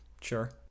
Sure